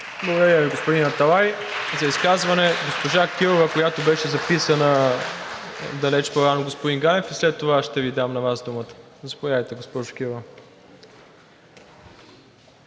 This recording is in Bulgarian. Благодаря Ви, господин Аталай. За изказване – госпожа Кирова, която беше записана далеч по рано, господин Ганев. След това ще Ви дам на Вас думата. РОСИЦА КИРОВА